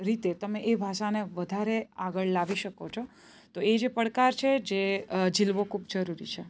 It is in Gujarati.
રીતે તમે એ ભાષાને વધારે આગળ લાવી શકો છો તો એ જે પડકાર છે જે ઝીલવો ખૂબ જરૂરી છે